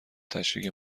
تشریک